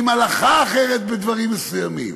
עם הלכה אחרת בדברים מסוימים.